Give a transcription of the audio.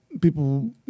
people